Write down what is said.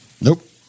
nope